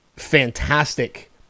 fantastic